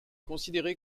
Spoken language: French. considérée